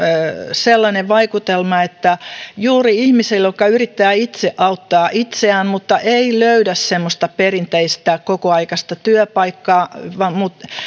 sellainen vaikutelma että juuri ihmisille jotka yrittävät itse auttaa itseään mutta eivät löydä semmoista perinteistä kokoaikaista työpaikkaa vaan